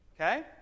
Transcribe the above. Okay